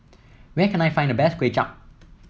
where can I find the best Kway Chap